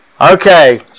Okay